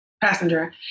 passenger